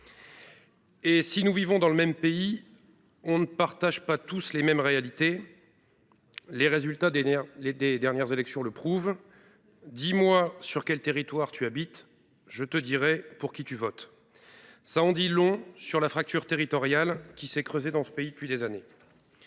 ? Si nous vivons dans le même pays, nous ne partageons pas les mêmes réalités. Les résultats des dernières élections le prouvent :« Dis moi sur quel territoire tu habites et je te dirai pour qui tu votes. » Cela en dit long sur la fracture territoriale qui s’est creusée dans notre pays depuis des années.